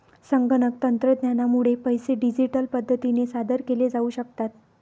संगणक तंत्रज्ञानामुळे पैसे डिजिटल पद्धतीने सादर केले जाऊ शकतात